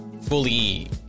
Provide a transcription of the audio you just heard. Fully